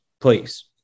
please